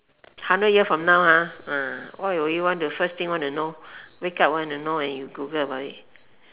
hundred years from now ha ah what will you want the first thing one to know wake up one to know and you google about it